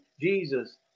Jesus